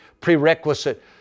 prerequisite